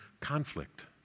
conflict